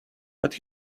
but